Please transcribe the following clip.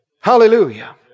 Hallelujah